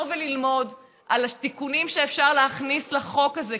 וללמוד על התיקונים שאפשר להכניס לחוק הזה,